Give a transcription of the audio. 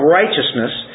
righteousness